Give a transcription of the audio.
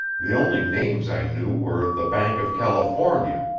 the only names i knew were the bank of california,